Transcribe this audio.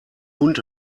hund